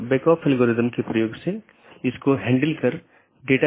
NLRI का उपयोग BGP द्वारा मार्गों के विज्ञापन के लिए किया जाता है